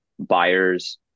buyers